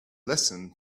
listen